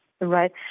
right